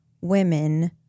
women